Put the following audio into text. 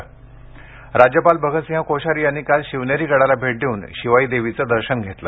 सोमणी राज्यपाल भगतसिंह कोश्यारी यांनी काल शिवनेरी गडाला भेट देऊन शिवाई देवीचं दर्शन घेतलं